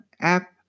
app